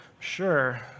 sure